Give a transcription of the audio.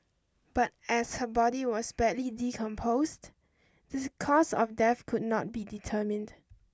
but as her body was badly decomposed this cause of death could not be determined